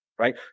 right